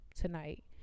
tonight